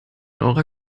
eurer